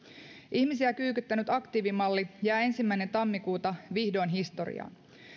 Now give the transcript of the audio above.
ihmisiä kyykyttänyt aktiivimalli jää ensimmäinen tammikuuta vihdoin historiaan